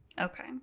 Okay